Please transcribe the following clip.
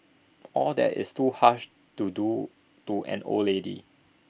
all that is too harsh to do to an old lady